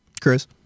Chris